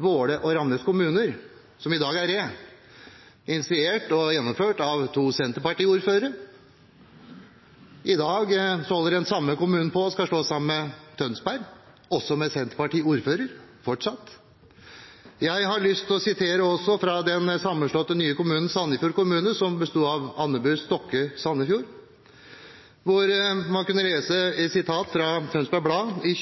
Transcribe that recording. Våle og Ramnes kommuner, som i dag er Re, initiert og gjennomført av to Senterparti-ordførere. I dag holder den samme kommunen på med å slå seg sammen med Tønsberg, fortsatt med Senterparti-ordfører. Jeg har lyst til sitere om den sammenslåtte kommunen Sandefjord, som består av Andebu, Stokke og Sandefjord. Man kunne lese i Sandefjords Blad i